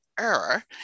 error